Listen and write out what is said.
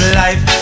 life